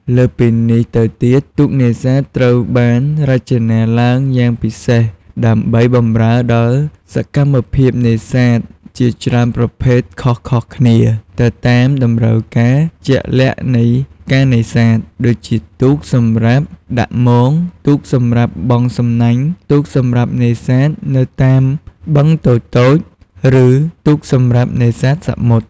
លើសពីនេះទៅទៀត ទូកនេសាទត្រូវបានរចនាឡើងយ៉ាងពិសេស ដើម្បីបម្រើដល់សកម្មភាពនេសាទជាច្រើនប្រភេទខុសៗគ្នា ទៅតាមតម្រូវការជាក់លាក់នៃការនេសាទ ដូចជាទូកសម្រាប់ដាក់មង ទូកសម្រាប់បង់សំណាញ់ ទូកសម្រាប់នេសាទនៅតាមបឹងតូចៗ ឬទូកសម្រាប់នេសាទសមុទ្រ។